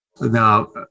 Now